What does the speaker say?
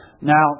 Now